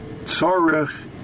Tzarech